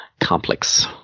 complex